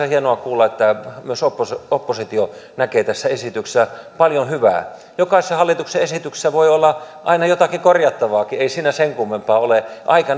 hienoa kuulla että myös oppositio oppositio näkee tässä esityksessä paljon hyvää jokaisessa hallituksen esityksessä voi olla aina jotakin korjattavaakin ei siinä sen kummempaa ole aika